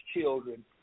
children